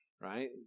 right